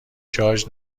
شارژ